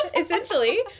Essentially